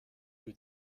für